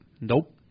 nope